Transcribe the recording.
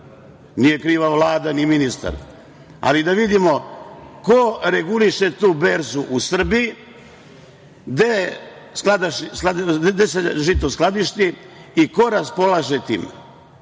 Nije kriva Vlada, ni ministar, ali da vidimo ko reguliše tu berzu u Srbiji, gde se žito skladišti i ko raspolaže time,